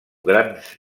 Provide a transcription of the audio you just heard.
grans